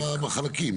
תבחר אתה בחלקים.